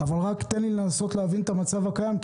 תן לי רק לנסות להבין את המצב הקיים,